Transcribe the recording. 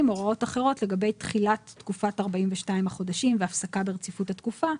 הוראות אחרות לגבי תחילת תקופת 42 החודשים והפסקה ברציפות התקופה".